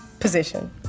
position